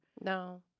No